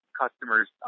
customers